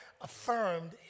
affirmed